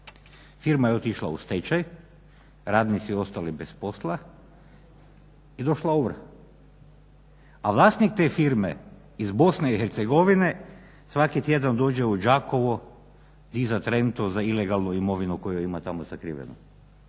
Firma je otišla u stečaj, radnici ostali bez posla i došla ovrha. A vlasnik te firme iz BiH svaki tjedan dođe u Đakovo dizati rentu za ilegalnu imovinu koju ima tamo sakrivenu.